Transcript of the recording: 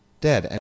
dead